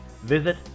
Visit